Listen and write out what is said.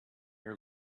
your